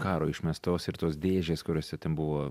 karo išmestos ir tos dėžės kuriose ten buvo